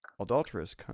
adulterous